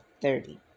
thirty